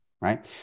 right